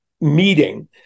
meeting